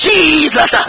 Jesus